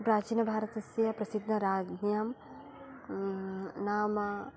प्राचीनभारतस्य प्रसिद्धराज्ञां नाम